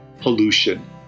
pollution